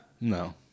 no